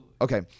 Okay